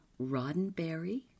Roddenberry